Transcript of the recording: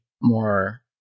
more